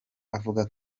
avuga